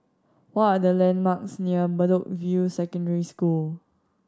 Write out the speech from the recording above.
what are the landmarks near Bedok View Secondary School